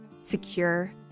secure